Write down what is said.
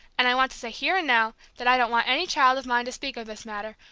and i want to say here and now that i don't want any child of mine to speak of this matter,